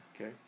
Okay